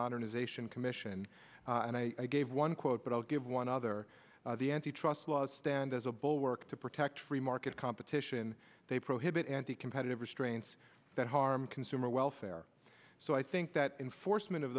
modernization commission and i gave one quote but i'll give one other the antitrust laws stand as a bulwark to protect free market competition they prohibit anti competitive restraints that harm consumer welfare so i think that enforcement of